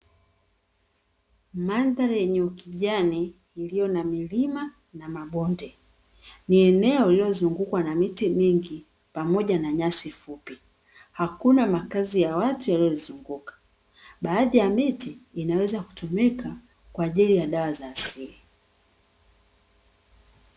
Mandhari yenye ukijani iliyo na milima na mabonde. Ni eneo lililozungukwa na miti mingi pamoja na nyasi fupi. Hakuna makazi ya watu yalilolizunguka. Baadhi ya miti inaweza kutumika kwa ajili ya dawa za asili.